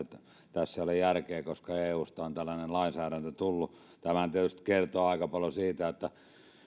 tässä ei ole järkeä että eusta on tällainen lainsäädäntö tullut tämä tietysti kertoo aika paljon siitä